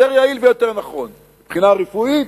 יותר יעיל ויותר נכון מבחינה רפואית,